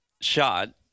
shot